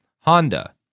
Honda